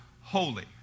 holy